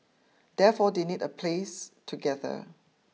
therefore they need a place to gather